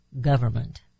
government